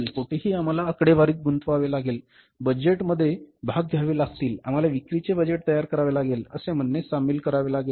कोठेही आम्हाला आकडेवारीत गुंतवावे लागेल बजेटमध्ये भाग घ्यावे लागतील आम्हाला विक्रीचे बजेट तयार करावे लागेल असे म्हणणे सामील करावे लागेल